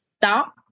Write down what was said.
Stop